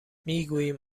میگوییم